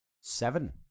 Seven